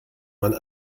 man